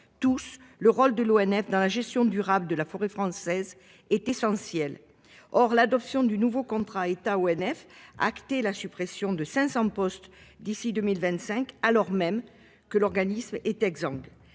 tous. Le rôle de l'ONF dans la gestion durable de la forêt française est essentielle. Or l'adoption du nouveau contrat État ONF acté la suppression de 500 postes d'ici 2025 alors même que l'organisme est exemple